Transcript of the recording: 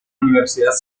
universidad